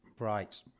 Right